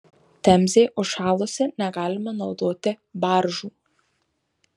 temzė užšalusi negalima naudoti baržų